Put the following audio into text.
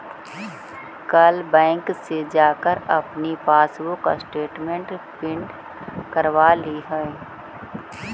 कल बैंक से जाकर अपनी पासबुक स्टेटमेंट प्रिन्ट करवा लियह